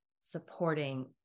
supporting